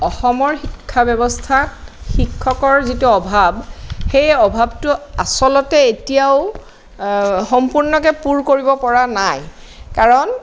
অসমৰ শিক্ষা ব্যৱস্থাত শিক্ষকৰ যিটো অভাৱ সেই অভাৱটো আচলতে এতিয়াও সম্পূৰ্ণকে পূৰ কৰিব পৰা নাই কাৰণ